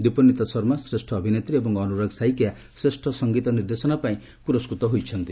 ଦ୍ୱିପନ୍ନିତା ଶର୍ମା ଶ୍ରେଷ୍ଠ ଅଭିନେତ୍ରୀ ଏବଂ ଅନୁରାଗ ସାଇକିଆ ଶ୍ରେଷ୍ଠ ସଂଗୀତ ନିର୍ଦ୍ଦେଶନା ପାଇଁ ପୁରସ୍କୃତ ହୋଇଛନ୍ତି